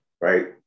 right